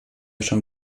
schon